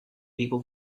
people